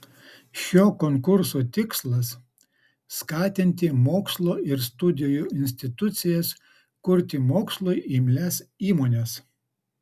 šio konkurso tikslas skatinti mokslo ir studijų institucijas kurti mokslui imlias įmones